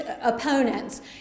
opponents